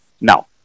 Now